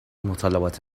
مطالبات